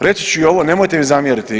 Reći ću i ovo, nemojte mi zamjeriti.